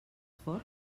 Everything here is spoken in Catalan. fort